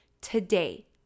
today